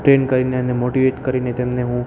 train કરીને અને motivate કરીને તેમને હું